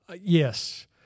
yes